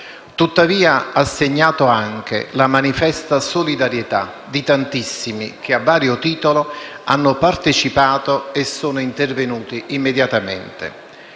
Tuttavia, ha segnato anche la manifesta solidarietà di tantissimi che, a vario titolo, hanno partecipato e sono intervenuti immediatamente.